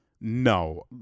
No